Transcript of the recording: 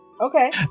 Okay